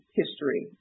history